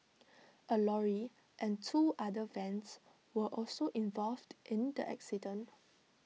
A lorry and two other vans were also involved in the accident